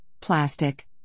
plastic